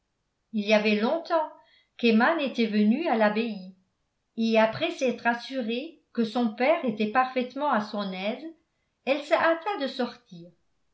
il y avait longtemps qu'emma n'était venue à l'abbaye et après s'être assurée que son père était parfaitement à son aise elle se hâta de sortir